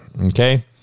okay